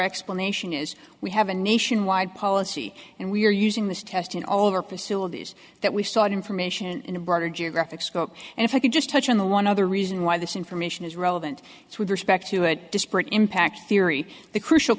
explanation is we have a nationwide policy and we're using this test in all of our facilities that we sought information in a broader geographic scope and if i could just touch on the one other reason why this information is relevant with respect to disparate impact theory the crucial